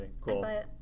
cool